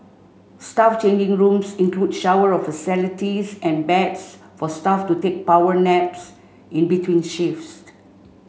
staff changing rooms include shower of facilities and beds for staff to take power naps in between shifts